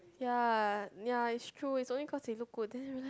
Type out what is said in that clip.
ya ya is true is only cause they look good then I realise